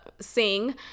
sing